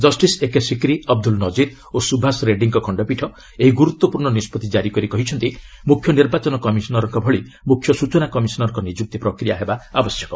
justice A K Sikri Abdul Nazeer ଓ ସୁଭାଷ ରେଡ୍ଡୀଙ୍କ ଖଣ୍ଡପୀଠ ଏହି ଗୁରୁତ୍ୱପୂର୍ଣ୍ଣ ନିଷ୍ପଭି ଜାରି କରି କହିଛନ୍ତି ମୁଖ୍ୟନିର୍ବାଚନ କମିଶନରଙ୍କ ଭଳି ମୁଖ୍ୟ ସୂଚନା କମିଶନରଙ୍କ ନିଯୁକ୍ତି ପ୍ରକ୍ରିୟା ହେବା ଆବଶ୍ୟକ